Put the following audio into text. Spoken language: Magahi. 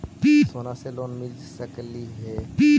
सोना से लोन मिल सकली हे?